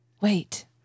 Wait